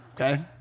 okay